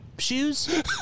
Shoes